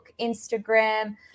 Instagram